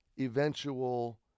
eventual